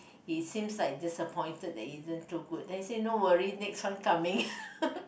he seems like disappointed that it isn't too good then he say no worry next one coming